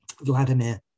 Vladimir